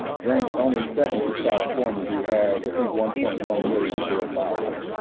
ranked only second to california, who has, i think, one point one million or thereabouts.